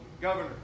governor